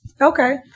Okay